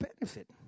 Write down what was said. benefit